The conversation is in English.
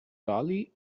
bali